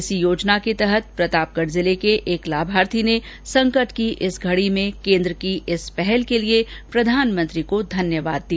इसी योजना के प्रतापगढ़ जिले के एक लाभार्थी ने संकट की इस घडी में केन्द्र की इस पहल के लिए प्रधानमंत्री को धन्यवाद दिया